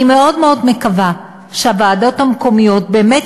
אני מאוד מאוד מקווה שהוועדות המקומיות באמת